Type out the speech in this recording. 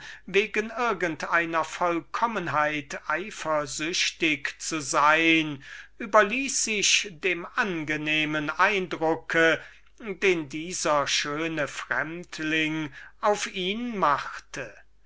wegen irgend einer vollkommenheit eifersüchtig zu sein überließ sich dem angenehmen eindruck den dieser schöne fremdling auf ihn machte